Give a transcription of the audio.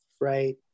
right